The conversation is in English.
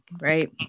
right